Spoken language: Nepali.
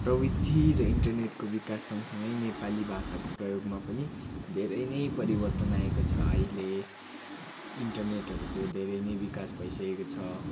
प्रविधि र इन्टरनेटको विकास सँगसँगै नेपाली भाषाको प्रयोगमा पनि धेरै नै परिवर्तन आएको छ अहिले इन्टरनेटहरूको धेरै नै विकास भइसकेको छ